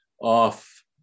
off